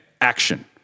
Action